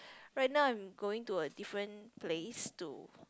right now I'm going to a different place to